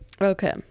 Okay